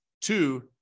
Two